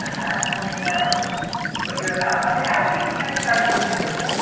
that's when you know what you're about. and i would say ken starr specifically,